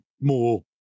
more